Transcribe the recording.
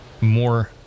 more